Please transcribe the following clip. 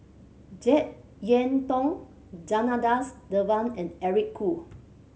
Jek Yeun Thong Janadas Devan and Eric Khoo